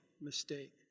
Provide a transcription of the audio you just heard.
mistake